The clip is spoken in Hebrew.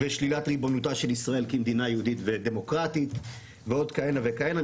ושלילת ריבונותה של ישראל כמדינה יהודית ודמוקרטית ועוד כהנה וכהנה.